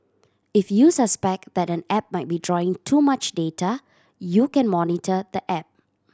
if you suspect that an app might be drawing too much data you can monitor the app